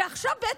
ועכשיו בעת